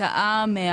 מה